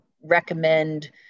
recommend